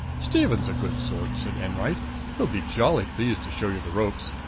stephen's a good sort, said enwright. he'll be jolly pleased to show you the ropes.